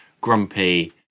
grumpy